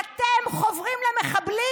אתם חוברים למחבלים.